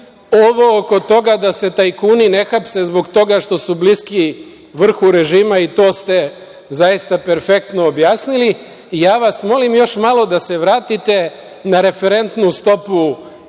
Ovo oko toga da se tajkuni ne hapse zbog toga što su bliski vrhu režima i to ste zaista perfektno objasnili. Molim vas još malo da se vratite na referentnu stopu